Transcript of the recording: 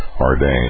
ordained